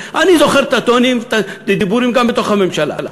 אני זוכר את הטונים ואת הדיבורים גם בתוך הממשלה.